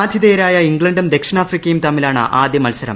ആതിഥേയരായ ഇംഗ്ലണ്ടും ദക്ഷിണാഫ്രിക്കയും തമ്മിലാണ് ആദ്യ മത്സരം